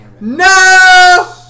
No